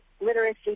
literacy